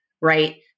Right